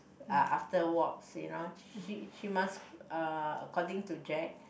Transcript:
uh after walk you know she she must uh according to Jack